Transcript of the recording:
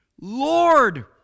Lord